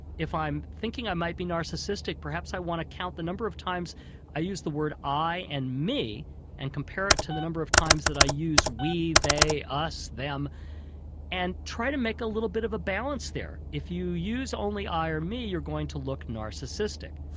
if i'm thinking i might be narcissistic perhaps i want to count the number of times i use the word i and me and compare it to the number of times that i use we, they, us, them and try to make a little bit of a balance there. if you used only i or me you're going to look narcissistic.